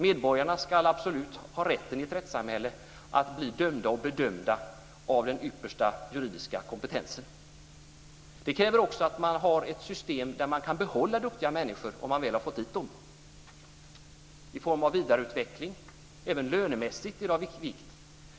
Medborgarna ska i ett rättssamhälle absolut ha rätten att bli dömda och bedömda av den yppersta juridiska kompetensen. Det kräver också att man har ett system där man kan behålla duktiga människor, om man väl har fått dit dem, genom vidareutveckling. Det är av vikt även lönemässigt.